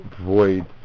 void